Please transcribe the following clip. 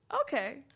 okay